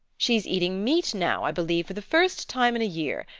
she's eating meat now, i believe, for the first time in a year.